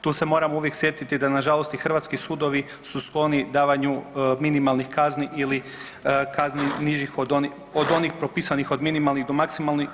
Tu se moramo uvijek sjetiti da na žalost i hrvatski sudovi su skloni davanju minimalnih kazni ili kazni nižih od onih propisanih minimalnih do maksimalnih.